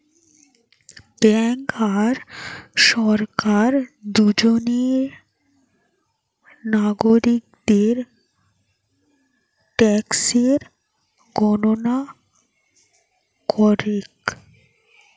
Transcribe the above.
bank আর সরকার দুজনেই নাগরিকদের ট্যাক্সের গণনা করেক